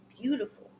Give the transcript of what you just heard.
beautiful